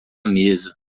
mesa